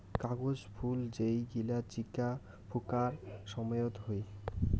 কাগজ ফুল যেই গিলা চিকা ফুঁকার সময়ত হই